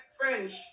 French